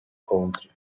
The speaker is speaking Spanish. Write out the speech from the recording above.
country